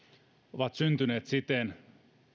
ovat syntyneet siten